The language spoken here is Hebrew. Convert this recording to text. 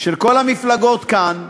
של כל המפלגות כאן,